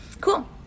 cool